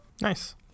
Nice